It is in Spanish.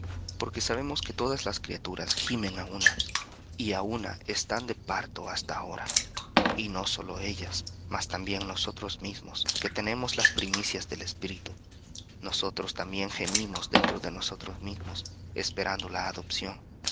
porque sabemos que todas las criaturas gimen á una y á una están de parto hasta ahora y no sólo ellas mas también nosotros mismos que tenemos las primicias del espíritu nosotros también gemimos dentro de nosotros mismos esperando la adopción